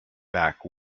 back